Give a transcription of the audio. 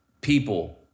people